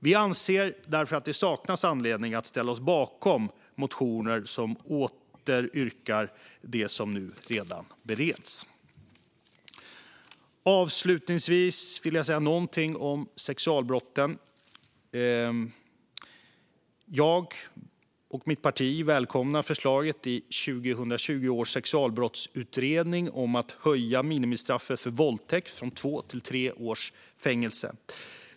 Vi anser därför att vi saknar anledning att ställa oss bakom motioner som åter yrkar på det som nu redan bereds. Avslutningsvis vill jag säga någonting om sexualbrotten. Jag och mitt parti välkomnar förslaget i 2020 års sexualbrottsutredning om att höja minimistraffet för våldtäkt från två till tre års fängelse.